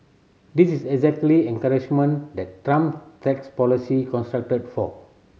this is exactly encouragement that Trump tax policy constructed for